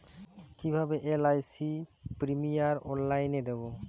কিভাবে LIC premium অনলাইনে দেবো?